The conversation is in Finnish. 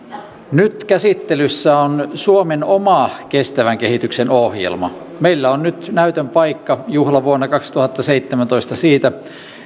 nyt käsittelyssä on suomen oma kestävän kehityksen ohjelma meillä on nyt näytön paikka juhlavuonna kaksituhattaseitsemäntoista siitä